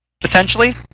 potentially